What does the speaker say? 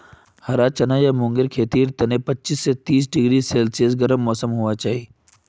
हरा चना या मूंगेर खेतीर तने पच्चीस स तीस डिग्री सेल्सियस गर्म मौसम होबा चाई